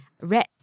red